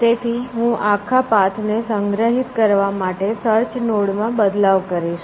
તેથી હું આખા પાથ ને સંગ્રહિત કરવા માટે સર્ચ નોડ માં બદલાવ કરીશ